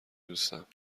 دوستم